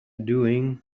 doing